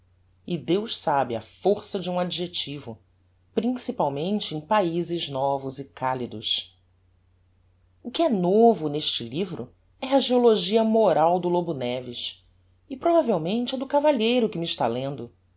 e deus sabe a força de um adjectivo principalmente em paizes novos e cálidos o que é novo neste livro é a geologia moral do lobo neves e provavelmente a do cavalheiro que me está lendo